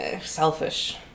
Selfish